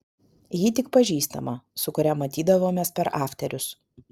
ji tik pažįstama su kuria matydavomės per afterius